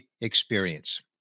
Experience